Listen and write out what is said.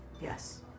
Yes